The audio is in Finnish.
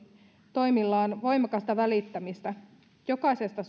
toimillaan voimakasta välittämistä jokaisesta